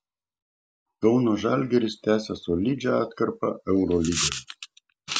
kauno žalgiris tęsia solidžią atkarpą eurolygoje